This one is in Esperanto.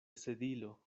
sedilo